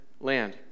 land